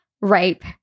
rape